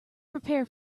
prepare